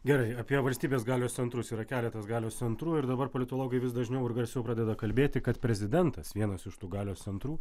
gerai apie valstybės galios centrus yra keletas galios centrų ir dabar politologai vis dažniau ir garsiau pradeda kalbėti kad prezidentas vienas iš tų galios centrų